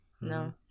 No